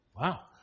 Wow